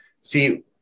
see